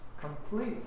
complete